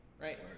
right